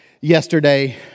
yesterday